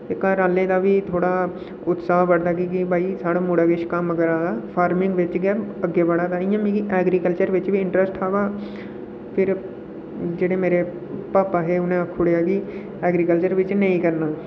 ते घरै आह्लें दा बी थोह्ड़ा उत्साह बधदा की भाई मुड़ा किश कम्म करा दा फार्मिंग च गै अग्गें बधा दा इं'या मिगी एग्रीकल्चर बिच बी इंटरस्ट हा बाऽ फिर जेह्ड़े मेरे भापा हे उ'नें आक्खी ओड़ेआ कि एग्रीकल्चर बिच नेईं करना